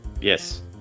Yes